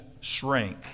Shrink